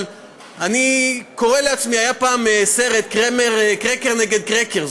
היה פעם סרט קרקר נגד קרקר,